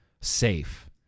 safe